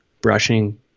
brushing